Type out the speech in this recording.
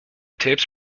tapes